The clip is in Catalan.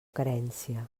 carència